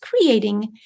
creating